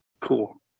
Cool